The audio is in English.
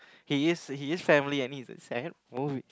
he is he is family I mean it's a sad movie